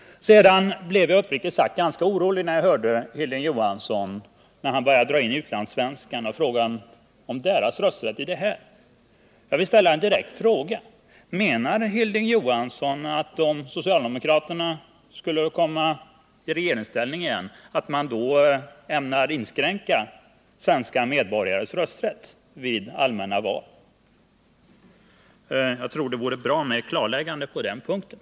Sedan blev jag uppriktigt sagt ganska orolig när Hilding Johansson började dra in utlandssvenskarna och frågan om deras rösträtt i detta. Jag vill ställa en direkt fråga: Menar Hilding Johansson att om socialdemokraterna skulle komma i regeringsställning igen så ämnar de inskränka svenska medborgares rösträtt i allmänna val? Jag tror att det vore bra med ett klarläggande på den punkten.